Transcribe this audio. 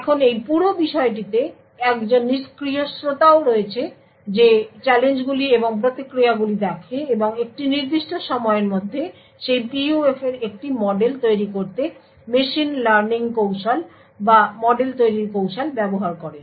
এখন এই পুরো বিষয়টিতে একজন নিষ্ক্রিয় শ্রোতাও রয়েছে যে এই চ্যালেঞ্জগুলি এবং প্রতিক্রিয়াগুলি দেখে এবং একটি নির্দিষ্ট সময়ের মধ্যে সেই PUF এর একটি মডেল তৈরি করতে মেশিন লার্নিং কৌশল বা মডেল তৈরীর কৌশল ব্যবহার করেন